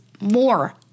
more